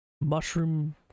mushroom